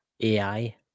AI